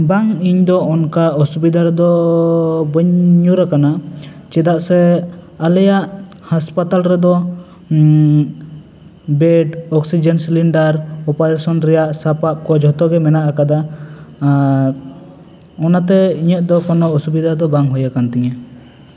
ᱵᱟᱝ ᱤᱧᱫᱚ ᱚᱱᱠᱟ ᱚᱥᱩᱵᱤᱫᱟ ᱨᱮᱫᱚ ᱵᱟᱹᱧ ᱧᱩᱨ ᱟᱠᱟᱱᱟ ᱪᱮᱫᱟᱜ ᱥᱮ ᱟᱞᱮᱭᱟᱜ ᱦᱚᱥᱯᱟᱴᱟᱞ ᱨᱮᱫᱚ ᱵᱮᱰ ᱳᱠᱥᱤᱡᱮᱱ ᱥᱮᱞᱮᱱᱰᱟᱨ ᱳᱯᱨᱮᱥᱟᱱ ᱨᱮᱭᱟᱜ ᱥᱟᱯᱟᱵ ᱠᱚ ᱡᱚᱛᱚ ᱜᱮ ᱢᱮᱱᱟᱜ ᱟᱠᱟᱫᱟ ᱚᱱᱟᱛᱮ ᱤᱧᱟ ᱜ ᱫᱚ ᱚᱥᱩᱵᱤᱫᱟ ᱫᱚ ᱵᱟᱝ ᱦᱩᱭ ᱟᱠᱟᱱ ᱛᱤᱧᱟ